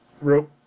rope